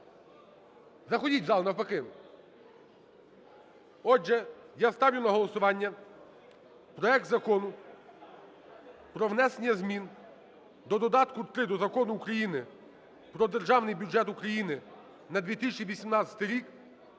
Заходіть в зал, навпаки. Отже, я ставлю на голосування проект Закону про внесення змін до додатку 3 до Закону України "Про Державний бюджет України на 2018 рік"